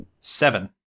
Seven